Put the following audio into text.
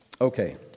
Okay